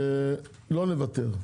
לא נוותר.